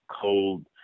cold